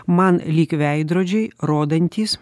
man lyg veidrodžiai rodantys